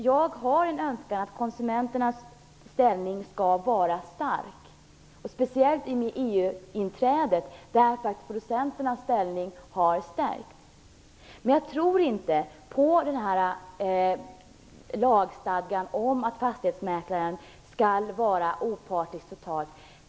Jag har en önskan att konsumenternas ställning skall vara stark. Det gäller speciellt i och med EU inträdet, eftersom producenternas ställning har stärkts. Men jag tror inte på att lagstifta om att fastighetsmäklaren skall vara totalt opartisk.